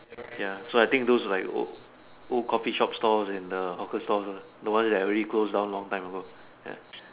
ya so I think those like old old coffee shops stores and uh hawker stores the ones that already close long time ago ya